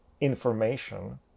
information